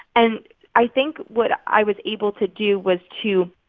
and i think what i was able to do was to,